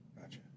Gotcha